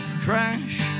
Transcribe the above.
Crash